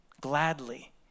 gladly